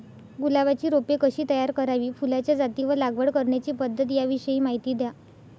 गुलाबाची रोपे कशी तयार करावी? फुलाच्या जाती व लागवड करण्याची पद्धत याविषयी माहिती द्या